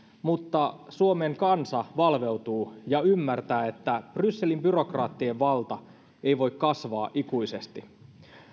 mutta suomen kansa valveutuu ja ymmärtää että brysselin byrokraattien valta ei voi kasvaa ikuisesti